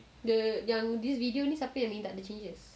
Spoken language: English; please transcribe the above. the yang this video ni siapa yang minta dia